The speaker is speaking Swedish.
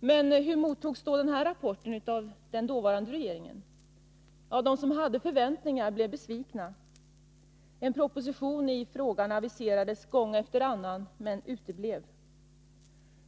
Hur mottogs då denna rapport av den dåvarande regeringen? Ja, de som hade förväntningar blev besvikna. En proposition i frågan aviserades gång efter annan, men den uteblev.